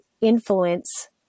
influence